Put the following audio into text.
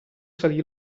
salì